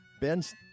Ben's